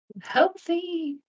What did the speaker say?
healthy